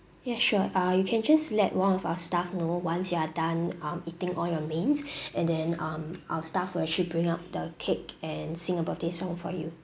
yes sure ah you can just let one of our staff know once you are done um eating all your mains and then um our staff will actually bring up the cake and sing a birthday song for you